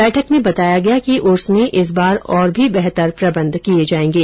बैठक में बताया गया कि उर्स में इस बार और भी बेहतर प्रबंध किये जायेंगे